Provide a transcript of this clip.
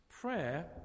Prayer